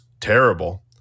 terrible